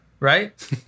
right